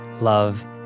love